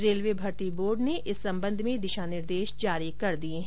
railway भर्ती board ने इस सम्बन्ध में दिशा निर्देश जारी कर दिये हैं